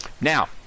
Now